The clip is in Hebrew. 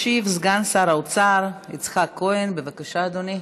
ישיב סגן שר האוצר יצחק כהן, בבקשה, אדוני.